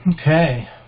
okay